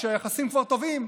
כשהיחסים כבר טובים,